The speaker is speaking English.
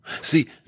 See